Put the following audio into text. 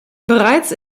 bereits